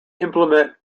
implement